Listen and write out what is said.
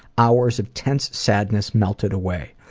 hours of tense sadness melted away.